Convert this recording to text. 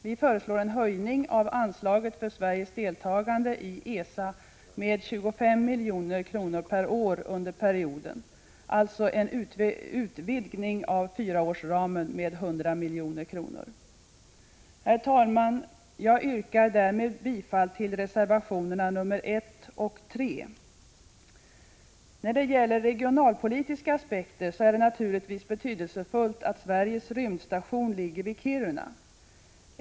Vi föreslår en höjning av anslaget för Sveriges deltagande i ESA med 25 milj.kr. per år under perioden — alltså en utvidgning av fyraårsramen med 100 milj.kr. Herr talman! Jag yrkar därmed bifall till reservationerna nr 1 och 3. När det gäller regionalpolitiska aspekter är det naturligtvis betydelsefullt att Sveriges rymdstation ligger vid Kiruna.